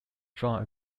drawn